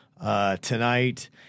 tonight